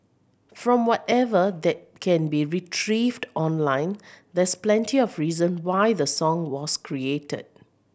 from whatever that can be retrieved online there's plenty of reason why the song was created